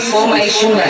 Formation